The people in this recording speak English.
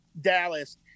Dallas